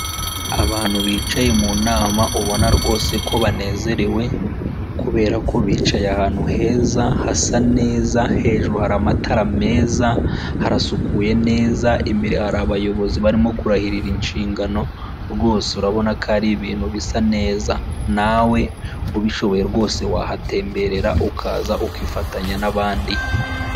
Abantu bicaye mu nama ubona rwose ko banezerewe, kubera ko bicaye ahantu heza hasa neza, hejuru hari amatara meza, harasukuye neza, imbere yaho hari abayobozi barimo kurahirira inshingano, rwose urabona ko ari ibintu bisa neza. Nawe ubishoboye rwose wahatemberera, ukaza ukifatanya n'abandi.